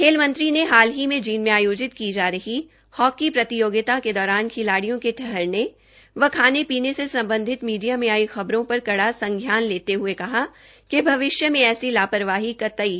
खेल मंत्री ने हाल ही में जींद में आयोजित की जा रही हॉकी प्रतियोगिता के दौरान खिलाडियों के ठहरने व खाने पीने से संबंधित मीडिया में आई खबरों पर कड़ा संज्ञान लेते हए कहा है कि भविष्य में ऐसी लापरवाही कतई बर्दाश्त नहीं की जाएगी